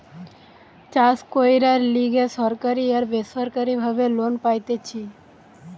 চাষ কইরার লিগে সরকারি আর বেসরকারি ভাবে লোন পাইতেছি